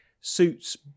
suits